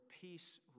peace